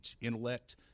intellect